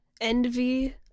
Envy